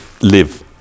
live